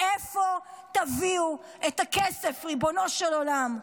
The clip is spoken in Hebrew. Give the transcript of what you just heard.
מאיפה תביאו את הכסף, ריבונו של עולם?